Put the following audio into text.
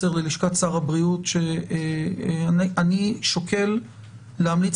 תעבירי בבקשה מסר ללשכת שר הבריאות שאני שוקל להמליץ